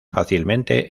fácilmente